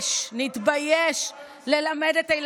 אתם מבעירים את השטח --- חבר הכנסת חנוך, תודה.